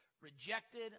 rejected